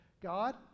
God